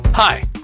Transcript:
Hi